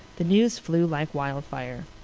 the news flew like wildfire.